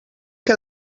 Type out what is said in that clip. que